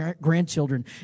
grandchildren